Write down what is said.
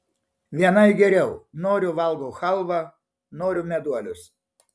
vienai geriau noriu valgau chalvą noriu meduolius